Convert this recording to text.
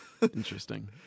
interesting